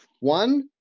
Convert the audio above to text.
one